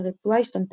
השדרנית